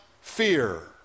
fear